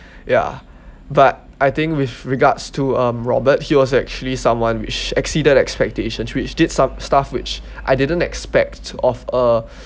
ya but I think with regards to uh robert he was actually someone which exceeded expectations which did some stuff which I didn't expect of a